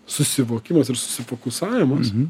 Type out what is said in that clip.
susivokimas ir susifokusavimas